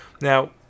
Now